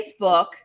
Facebook